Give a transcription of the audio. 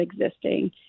existing